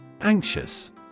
Anxious